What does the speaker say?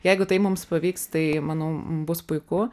jeigu tai mums pavyks tai manau bus puiku